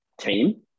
team